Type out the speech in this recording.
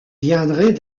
viendrait